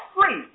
free